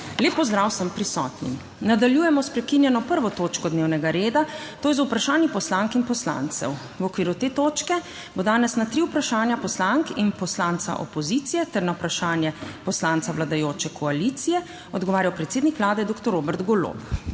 Lep pozdrav vsem prisotnim. **Nadaljujemo s prekinjeno 1. točko dnevnega reda, to je z Vprašanji poslank in poslancev.** V okviru te točke bo danes na tri vprašanja poslank in poslanca opozicije ter na vprašanje poslanca vladajoče koalicije odgovarjal predsednik Vlade doktor Robert Golob.